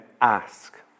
ask